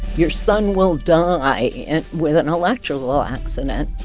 your son will die with an electrical accident,